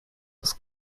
das